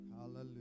Hallelujah